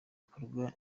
ibikorwa